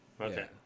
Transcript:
Okay